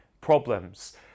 problems